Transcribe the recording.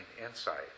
insight